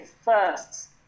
first